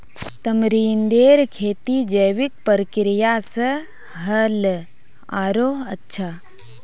तमरींदेर खेती जैविक प्रक्रिया स ह ल आरोह अच्छा